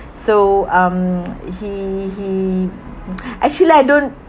so um he he actually I don't